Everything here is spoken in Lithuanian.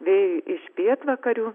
vėjui iš pietvakarių